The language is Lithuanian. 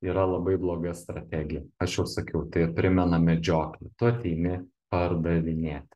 yra labai bloga strategija aš jau sakiau tai primena medžioklę tu ateini pardavinėti